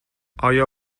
آیا